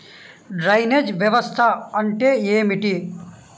Drainage వ్యవస్థ అంటే ఏమిటి?